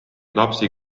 lapsi